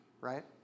right